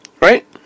right